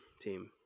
team